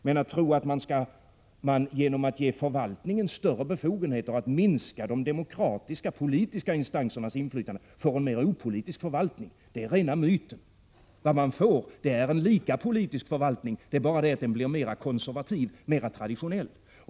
14 Tron att man genom att ge förvaltningen stora befogenheter och minska de demokratiska politiska instansernas inflytande får en mer opolitisk förvalt — Prot. 1986/87:122 ning är rena myten. Vad man får är en lika politisk förvaltning; det är bara det 13 maj 1987 att den blir mera konservativ, mera traditionell.